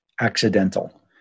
accidental